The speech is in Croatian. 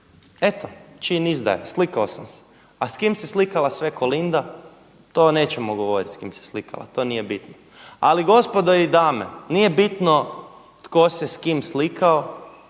Eto, čin izdaje, slikao sam se. A s kime se slikala sve Kolinda, to nećemo govoriti s kime se slikala, to nije bitno. Ali gospodo i dame, nije bitno tko se s kime slikao,